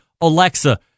Alexa